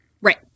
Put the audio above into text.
Right